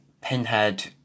Pinhead